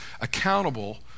accountable